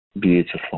beautiful